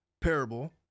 parable